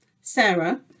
Sarah